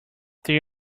there